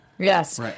Yes